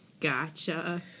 Gotcha